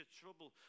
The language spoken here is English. trouble